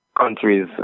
countries